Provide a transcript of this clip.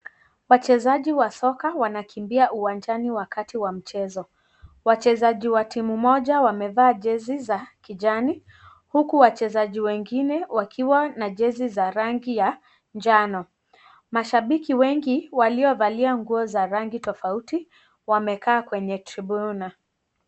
Wachezaji wa soka wanakimbia uwanjani wakati wa mchezo. Wachezaji wa timu moja wamevalia jezi za kijani huku wachezaji wengine wakiwa na jezi za rangi ya jano. Mashabiki wengi waliovalia nguo za rangi tofauti wameka kwenye tribuna .